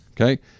okay